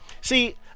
see